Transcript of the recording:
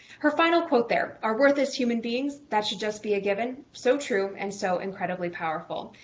her final quote, there our worth as human beings that should just be a given. so true and so incredibly powerful.